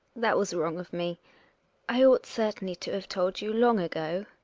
that was wrong of me i ought certainly to have told you long ago.